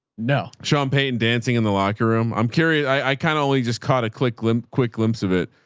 no. sean payton dancing in the locker room. i'm curious. i kind of only just caught a click limp, quick glimpse of it.